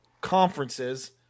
conferences